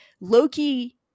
Loki